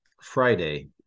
Friday